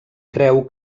creu